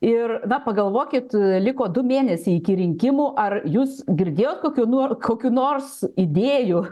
ir na pagalvokit liko du mėnesiai iki rinkimų ar jūs girdėjot kokių nor kokių nors idėjų